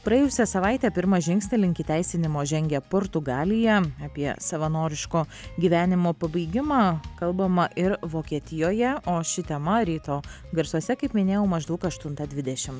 praėjusią savaitę pirmą žingsnį link įteisinimo žengė portugalija apie savanoriško gyvenimo pabaigimą kalbama ir vokietijoje o ši tema ryto garsuose kaip minėjau maždaug aštuntą dvidešimt